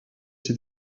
ses